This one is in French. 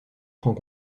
franc